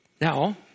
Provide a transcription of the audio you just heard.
Now